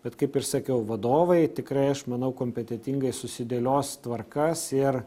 bet kaip ir sakiau vadovai tikrai aš manau kompetentingai susidėlios tvarkas ir